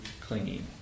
clinging